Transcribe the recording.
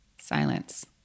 silence